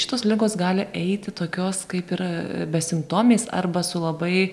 šitos ligos gali eiti tokios kaip ir besimptomės arba su labai